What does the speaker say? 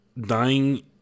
dying